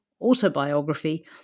autobiography